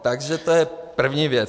Takže to je první věc.